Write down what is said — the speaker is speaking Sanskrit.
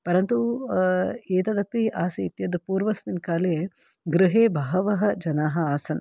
परन्तु एतदपि आसीत् यत् पूर्वस्मिन् काले गृहे बहवः जनाः आसन्